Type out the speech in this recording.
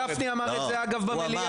הרב גפני אמר את זה, אגב, במליאה.